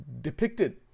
depicted